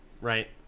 Right